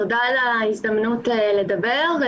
תודה על ההזדמנות לדבר.